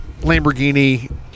Lamborghini